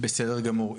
בסדר גמור.